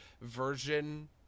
version